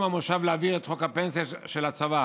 המושב להעביר את חוק הפנסיה של הצבא